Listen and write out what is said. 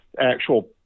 actual